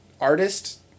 artist